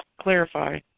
clarify